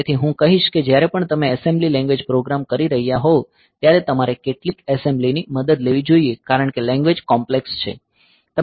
તેથી હું કહીશ કે જ્યારે પણ તમે એસેમ્બલી લેંગ્વેજ પ્રોગ્રામ્સ કરી રહ્યા હોવ ત્યારે તમારે કેટલીક એસેમ્બલીની મદદ લેવી જોઈએ કારણ કે લેન્ગ્વેજ કોમ્પ્લેક્સ છે